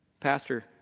Pastor